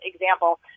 example